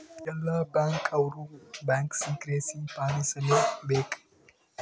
ಎಲ್ಲ ಬ್ಯಾಂಕ್ ಅವ್ರು bank secrecy ಪಾಲಿಸಲೇ ಬೇಕ